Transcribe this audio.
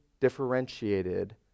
differentiated